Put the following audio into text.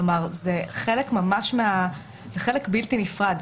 כלומר, זה חלק בלתי נפרד.